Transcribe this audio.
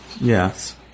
Yes